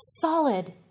solid